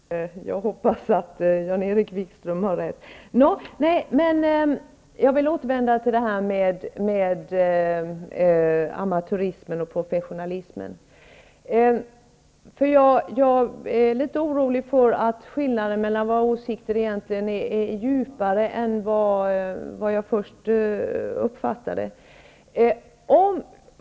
Herr talman! Jag hoppas att Jan-Erik Wikström har rätt. Jag återkommer till detta med amatörismen och professionalismen. Jag är nämligen litet orolig för att skillnaden mellan våra åsikter är djupare än jag först uppfattade.